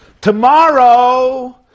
Tomorrow